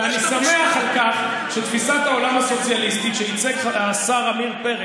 ואני שמח שתפיסת העולם הסוציאליסטית שייצג השר עמיר פרץ,